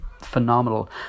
phenomenal